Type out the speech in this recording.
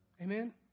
Amen